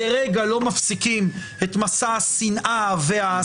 לרגע אתם לא מפסיקים את מסע השנאה וההסתה.